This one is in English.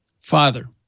Father